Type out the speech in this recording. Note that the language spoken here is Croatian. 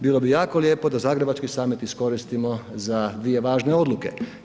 Bilo bi jako lijepo da Zagrebački summit iskoristimo za dvije važne odluke.